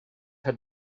had